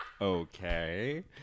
okay